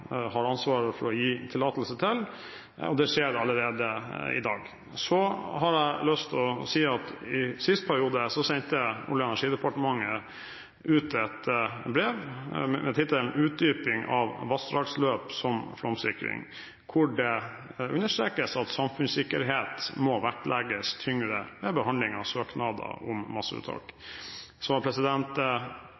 har ansvaret for å gi tillatelse til, og det skjer allerede i dag. Så har jeg lyst til å si at sist periode sendte Olje- og energidepartementet ut et brev – med tittelen: Utdyping av vassdragsløp som flomsikring – hvor det ble understreket at samfunnssikkerhet må vektlegges tyngre ved behandling av søknader om masseuttak.